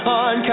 on